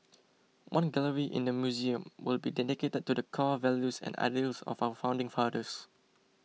one gallery in the Museum will be dedicated to the core values and ideals of our founding fathers